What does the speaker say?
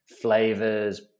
flavors